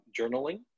journaling